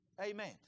Amen